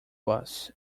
bus